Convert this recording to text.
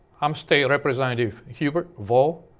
i'm state repetitive hubert vo,